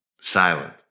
Silent